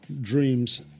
dreams